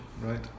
Right